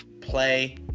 play